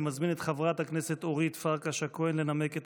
אני מזמין את חברת הכנסת אורית פרקש הכהן לנמק את